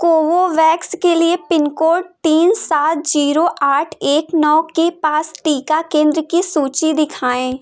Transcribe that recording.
Covovax के लिए pin code तीन सात जीरो आठ एक नौ के पास टीका केंद्र की सूची दिखाएँ